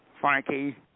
Frankie